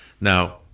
Now